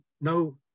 no